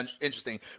interesting